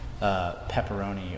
pepperoni